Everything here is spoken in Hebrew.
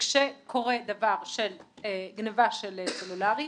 שכאשר קורה דבר של גניבה של סלולרי,